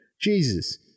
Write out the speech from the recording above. Jesus